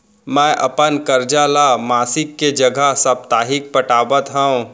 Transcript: मै अपन कर्जा ला मासिक के जगह साप्ताहिक पटावत हव